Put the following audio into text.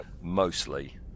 Mostly